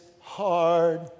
hard